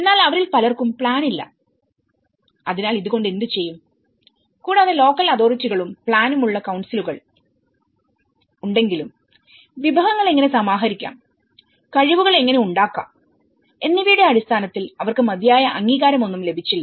എന്നാൽ അവരിൽ പലർക്കും പ്ലാൻ ഇല്ല അതിനാൽ ഇത് കൊണ്ട് എന്തുചെയ്യും കൂടാതെ ലോക്കൽ അതോറിറ്റികളുംപ്ലാനും ഉള്ള കൌൺസിലുകൾ ഉണ്ടെങ്കിലുംവിഭവങ്ങൾ എങ്ങനെ സമാഹരിക്കാംകഴിവുകൾ എങ്ങനെ ഉണ്ടാക്കാം എന്നിവയുടെ അടിസ്ഥാനത്തിൽ അവർക്ക് മതിയായ അംഗീകാരം ഒന്നും ലഭിച്ചില്ല